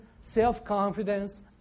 self-confidence